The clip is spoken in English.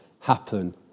happen